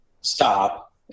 stop